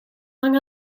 lang